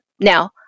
Now